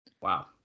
Wow